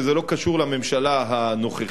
זה לא קשור לממשלה הנוכחית,